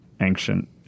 ancient